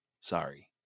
Sorry